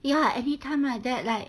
ya every time like that right